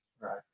Right